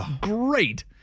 great